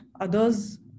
others